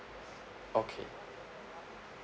okay